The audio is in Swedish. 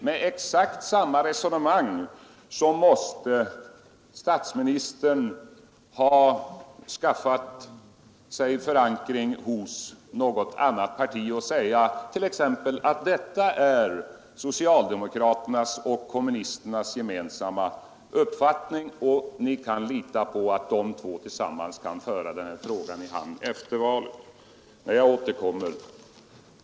Med exakt samma resonemang måste statsministern ha skaffat sig förankring hos något annat parti och säga t.ex. att detta är socialdemokraternas och kommunisternas gemensamma uppfattning och ni kan lita på att vi tillsammans kan föra den här frågan i hamn efter valet.